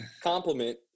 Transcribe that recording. compliment